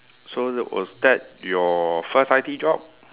so was that your first I_T job